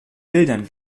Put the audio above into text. bildern